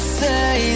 say